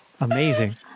amazing